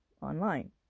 online